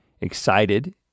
excited